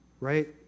right